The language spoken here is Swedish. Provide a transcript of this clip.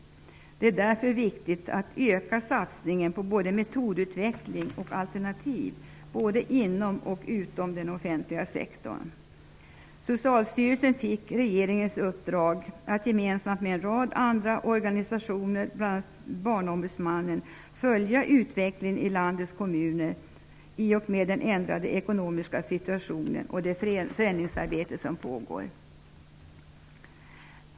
Det är därför viktigt att öka satsningen på metodutveckling och alternativ både inom och utom den offentliga sektorn. Socialstyrelsen fick regeringens uppdrag att gemensamt med en rad andra organisationer, bl.a. Barnombudsmannen, följa utvecklingen i landets kommuner i och med den ändrade ekonomiska situationen och det förändringsarbete som pågår.